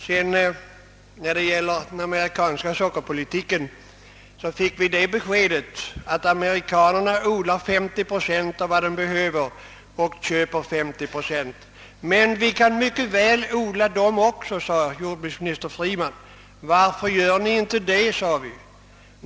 Beträffande den amerikanska sockerpolitiken fick vi beskedet att amerikanerna odlar 50 procent av vad de behöver och köper 50 procent. »Men vi kan mycket väl odla också dessa återstående 50 procent,» sade jordbruksminister Freeman. »Varför gör ni inte det?» frågade vi.